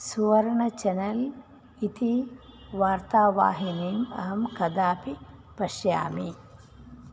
सुवर्ण channel इति वार्तावाहिनीम् अहं कदापि पश्यामि